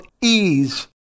ease